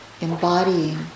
embodying